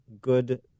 Good